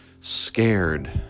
scared